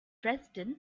dresden